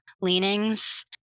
leanings